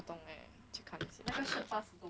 不懂 eh 去看一下